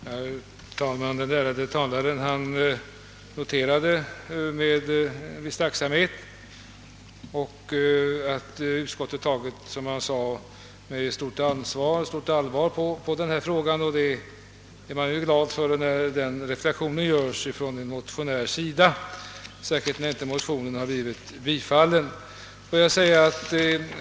Herr talman! Föregående talare noterade med viss tacksamhet att utskottet, som han sade, tagit med stort allvar på denna fråga. Och när den reflexionen görs av en motionär blir man ju glad, särskilt som den motion det gäller inte tillstyrkts.